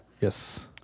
Yes